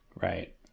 Right